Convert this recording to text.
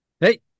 Hey